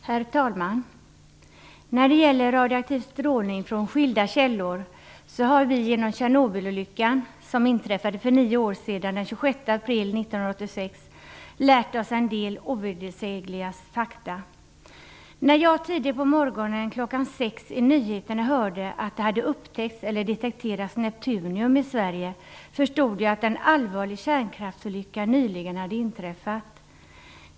Herr talman! När det gäller radioaktiv strålning från skilda källor har vi genom Tjernobylolyckan, som inträffade för nio år sedan, nämligen den 26 april 1986, lärt oss en del ovedersägliga fakta. När jag den dagen tidigt på morgonen kl. 6 på nyheterna hörde att det hade upptäckts, detekterats, neptunium i Sverige förstod jag att en allvarlig kärnkraftsolycka nyligen hade inträffat.